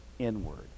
Inward